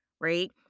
right